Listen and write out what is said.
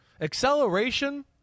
Acceleration